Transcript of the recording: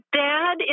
dad